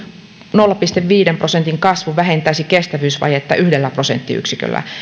nolla pilkku viiden prosentin kasvu vähentäisi kestävyysvajetta yhdellä prosenttiyksiköllä